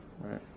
right